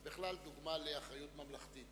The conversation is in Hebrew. בכלל דוגמה לאחריות ממלכתית.